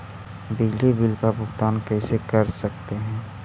बिजली बिल का भुगतान कैसे कर सकते है?